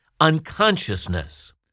unconsciousness